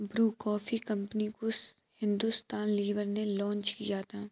Bru coffee company को Hindustan Lever ने launch किया था